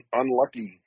unlucky